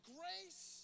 grace